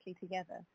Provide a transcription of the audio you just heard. together